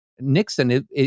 Nixon